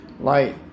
light